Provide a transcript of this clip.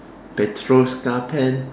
petros carpen